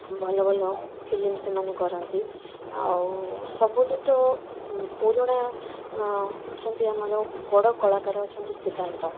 ଭଲ ଭଲ ଫିଲ୍ମ ସେମାନେ କରନ୍ତି ଆଉ ସବୁଠୁ ତ ପୁରୁଣା ଅଛନ୍ତି ଆମର ବଡ଼ କଳାକାର ଅଛନ୍ତି ସିଦ୍ଧାନ୍ତ